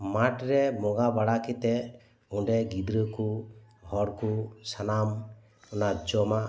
ᱢᱟᱴᱷ ᱨᱮ ᱵᱚᱸᱜᱟ ᱵᱟᱲᱟ ᱠᱟᱛᱮ ᱚᱰᱮ ᱜᱤᱫᱽᱨᱟᱹ ᱠᱚ ᱦᱚᱲ ᱠᱚ ᱥᱟᱱᱟᱢ ᱚᱱᱟ ᱡᱚᱢᱟᱜ